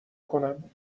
کنم